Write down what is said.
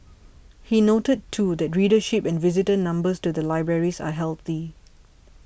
he noted too that readership and visitor numbers to the libraries are healthy